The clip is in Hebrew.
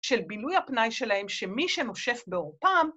‫של בילוי הפנאי שלהם ‫שמי שנושף בעורפם...